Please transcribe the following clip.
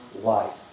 light